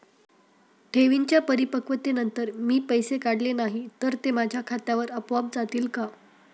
ठेवींच्या परिपक्वतेनंतर मी पैसे काढले नाही तर ते माझ्या खात्यावर आपोआप जातील का?